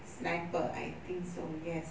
sniper I think so yes